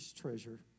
treasure